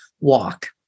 walk